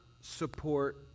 support